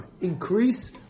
increase